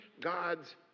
God's